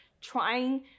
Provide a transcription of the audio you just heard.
trying